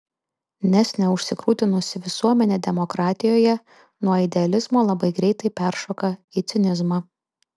nes neužsigrūdinusi visuomenė demokratijoje nuo idealizmo labai greitai peršoka į cinizmą